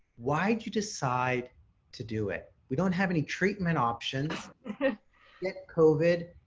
why did you decide to do it? we don't have any treatment options like covid.